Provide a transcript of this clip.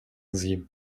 sie